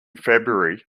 february